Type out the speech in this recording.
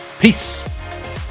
Peace